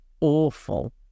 awful